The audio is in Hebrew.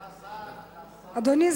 אתה שר, אתה שר.